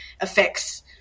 affects